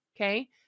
Okay